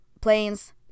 Planes